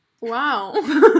wow